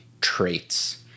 traits